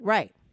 Right